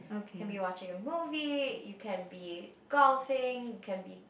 can be watching a movie you can be golfing you can be